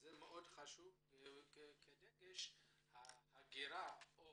זה מאוד חשוב, הדגש על ההגירה או